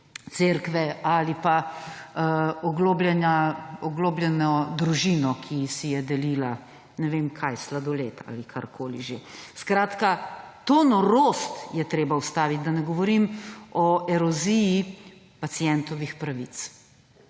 cerkve ali pa oglobljeno družino, ki si je delila, ne vem kaj, sladoled ali kakorkoli že. Skratka, to norost je treba ustaviti. Da ne govorim o eroziji pacientovih pravic.